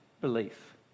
belief